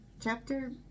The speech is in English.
chapter